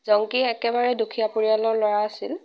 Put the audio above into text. জংকী একেবাৰে দুখীয়া পৰিয়ালৰ ল'ৰা আছিল